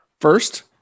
first